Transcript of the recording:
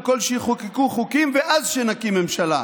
כול שיחוקקו חוקים ואז שנקים ממשלה.